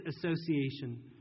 association